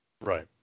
right